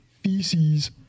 feces